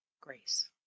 grace